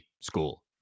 school